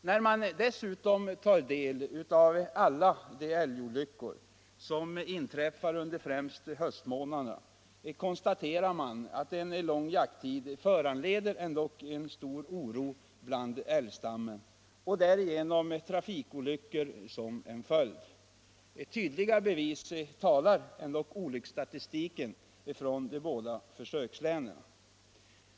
När man dessutom tar del av statistiken över alla de älgolyckor som inträffar under främst höstmånaderna, konstaterar man att en lång jakttid föranleder stor oro bland älgstammen med trafikolyckor som följd. Tydliga bevis framgår av olycksstatistiken från de båda försökslänen.